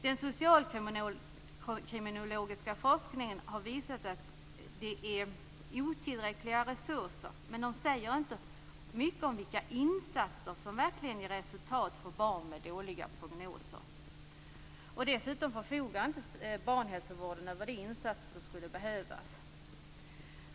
Den socialkriminologiska forskningen har visat att resurserna är otillräckliga. Men forskningen visar inte vilka insatser som faktiskt ger resultat för barn med dåliga prognoser. Barnhälsovården förfogar inte över de insatser som skulle behövas.